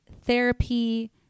therapy